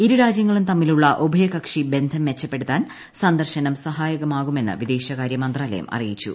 ഇരുരാജ്യങ്ങളും തമ്മിലുള്ള ഉഭയകക്ഷി ബന്ധം മെച്ചപ്പെടുത്താൻ സന്ദർശനം സഹായകമാകുമെന്ന് വിദേശകാര്യ മന്ത്രാലയം അറിയിച്ചു